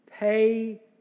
pay